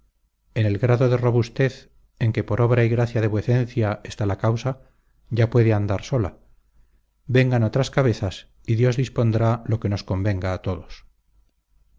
en el grado de robustez en que por obra y gracia de vuecencia está la causa ya puede andar sola vengan otras cabezas y dios dispondrá lo que nos convenga a todos